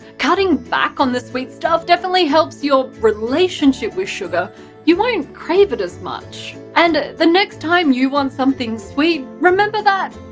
cutting back on sweet stuff definitely helps your relationship with sugar you won't crave it as much. and the next time you want something sweet, remember that,